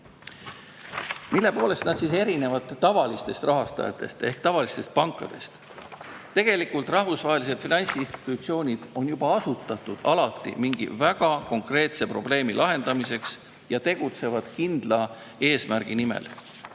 Mille poolest nad erinevad tavalistest rahastajatest ehk tavalistest pankadest? Rahvusvahelised finantsinstitutsioonid on alati asutatud mingi väga konkreetse probleemi lahendamiseks ja tegutsevad kindla eesmärgi nimel.